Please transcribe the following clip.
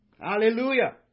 Hallelujah